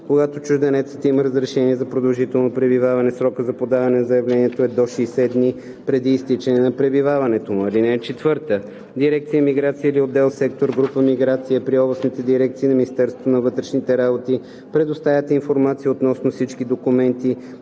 Когато чужденецът има разрешение за продължително пребиваване, срокът за подаване на заявлението е до 60 дни преди изтичане на пребиваването му. (4) Дирекция „Миграция“ или отдел/сектор/група „Миграция“ при областните дирекции на Министерството на вътрешните работи предоставят информация относно всички документи,